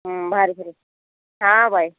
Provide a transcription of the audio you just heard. ହଁ ବାହାରିଥିବୁ ହଁ ବାଏ